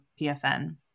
PFN